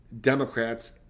Democrats